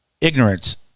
ignorance